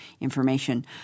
information